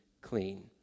clean